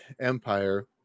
empire